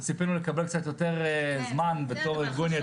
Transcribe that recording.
ציפינו לקבל קצת יותר זמן לדבר בתור ארגון.